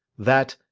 that,